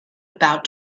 about